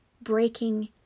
breaking